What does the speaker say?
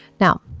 Now